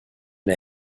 der